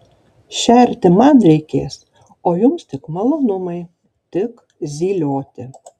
šerti man reikės o jums tik malonumai tik zylioti